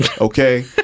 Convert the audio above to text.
okay